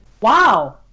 wow